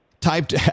typed